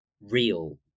real